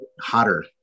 hotter